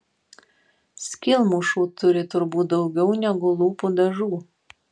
skylmušų turi turbūt daugiau negu lūpų dažų